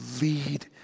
lead